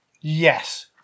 Yes